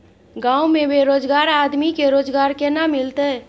गांव में बेरोजगार आदमी के रोजगार केना मिलते?